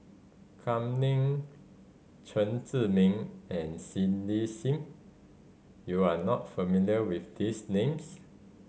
Kam Ning Chen Zhiming and Cindy Sim you are not familiar with these names